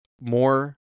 more